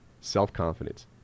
self-confidence